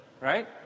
Right